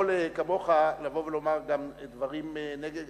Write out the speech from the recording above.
אני יכול, כמוך, לבוא ולומר גם דברים נגד.